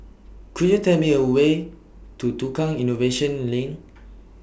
Could YOU Tell Me A Way to Tukang Innovation Lane